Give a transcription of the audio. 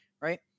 right